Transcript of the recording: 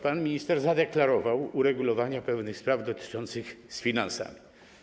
Pan minister zadeklarował uregulowanie pewnych spraw dotyczących finansów.